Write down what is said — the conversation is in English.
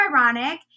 ironic